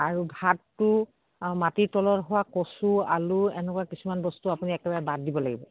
আৰু ভাতটো মাটিৰ তলত হোৱা কচু আলু এনেকুৱা কিছুমান বস্তু আপুনি একেবাৰে বাদ দিব লাগিব